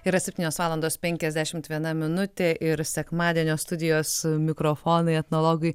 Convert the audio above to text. yra septynios valandos penkiasdešimt viena minutė ir sekmadienio studijos mikrofonai etnologui